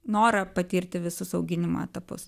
norą patirti visus auginimo etapus